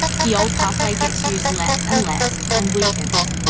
the old pathway gets used less and less and weakens.